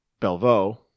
Belvo